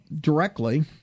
directly